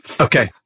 Okay